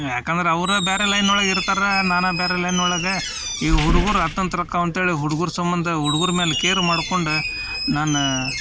ಯಾಕಂದ್ರೆ ಅವ್ರು ಬೇರೆ ಲೈನೊಳಗೆ ಇರ್ತಾರ ನಾನು ಬೇರೆ ಲೈನೊಳಗೆ ಈ ಹುಡುಗ್ರು ಅತಂತ್ರಕ್ಕವು ಅಂತ್ಹೇಳಿ ಹುಡುಗ್ರ ಸಂಬಂಧ ಹುಡುಗ್ರ ಮ್ಯಾಲೆ ಕೇರ್ ಮಾಡ್ಕೊಂಡು ನಾನು